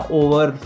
over